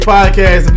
Podcast